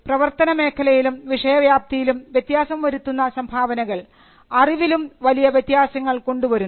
പ്രവർത്തന മേഖലയിലും വിഷയ വ്യാപ്തിയിലും വ്യത്യാസം വരുത്തുന്ന സംഭാവനകൾ അറിവിലും വളരെ വലിയ വ്യത്യാസങ്ങൾ കൊണ്ടുവരുന്നു